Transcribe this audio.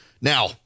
Now